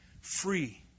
free